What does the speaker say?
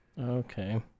Okay